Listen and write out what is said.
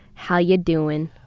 how ya doin'?